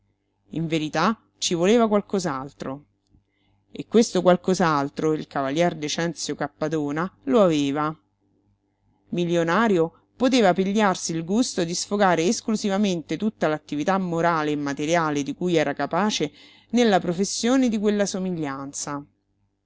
in verità ci voleva qualcos'altro e questo qualcos'altro il cavalier decenzio cappadona lo aveva milionario poteva pigliarsi il gusto di sfogare esclusivamente tutta l'attività morale e materiale di cui era capace nella professione di quella somiglianza